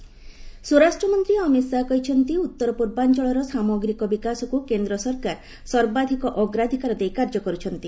ଶାହା ମଣିପ୍ରର ସ୍ୱରାଷ୍ଟ୍ର ମନ୍ତ୍ରୀ ଅମିତ୍ ଶାହା କହିଛନ୍ତି ଉତ୍ତର ପୂର୍ବାଞ୍ଚଳର ସାମଗ୍ରୀକ ବିକାଶକୁ କେନ୍ଦ୍ର ସରକାର ସର୍ବାଧିକ ଅଗ୍ରାଧିକାର ଦେଇ କାର୍ଯ୍ୟ କରୁଛନ୍ତି